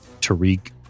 Tariq